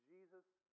Jesus